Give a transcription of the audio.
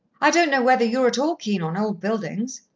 i don't know whether you're at all keen on old buildings?